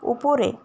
উপরে